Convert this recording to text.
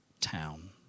town